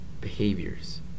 Behaviors